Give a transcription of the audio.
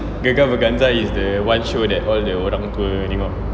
Gegar Vaganza is the one show that all the orang tua tengok